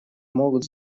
могут